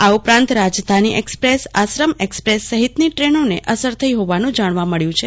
આ ઉપરાંત Rajdhani express Ashram express સહિતનો ટ્રનને અસર થઈ હોવાનું જાણવા મળ્યું છે